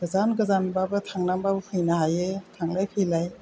गोजान गोजानबाबो थांनानैबाबो फैनो हायो थांलाय फैलाय